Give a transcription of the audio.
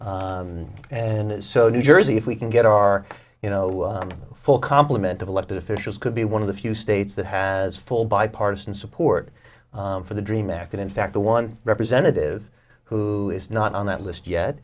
and so new jersey if we can get our you know full compliment of elected officials could be one of the few states that has full bipartisan support for the dream act and in fact the one representative who is not on that list yet